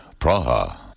Praha